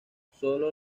solo